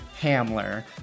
Hamler